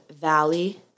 Valley